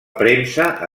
premsa